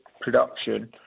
production